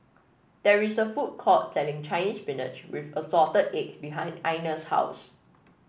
there is a food court selling Chinese Spinach with Assorted Eggs behind Einar's house